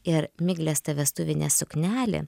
ir miglės ta vestuvinė suknelė